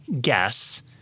guess